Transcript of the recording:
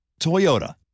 Toyota